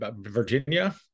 Virginia